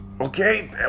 okay